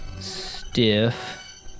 stiff